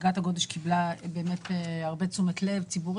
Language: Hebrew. אגרת הגודש קיבלה הרבה תשומת לב ציבורית,